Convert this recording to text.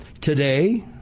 today